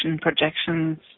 projections